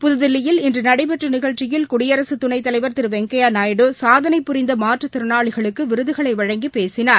புதுதில்லியில் இன்றுநடைபெற்றநிகழ்ச்சியில் குடியரசுதுணைத்தலைவா் திருவெங்கையாநாயுடு சாதனை புரிந்தமாற்றுத்திறனாளிகளுக்குவிருதுகளைவழங்கிபேசினார்